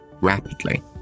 rapidly